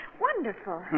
wonderful